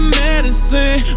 medicine